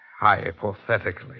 hypothetically